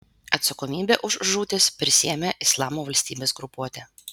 atsakomybę už žūtis prisiėmė islamo valstybės grupuotė